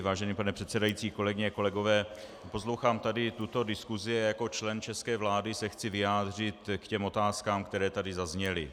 Vážený pane předsedající, kolegyně a kolegové, poslouchám tady tuto diskusi a jako člen české vlády se chci vyjádřit k těm otázkám, které tady zazněly.